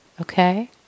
Okay